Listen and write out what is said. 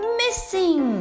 missing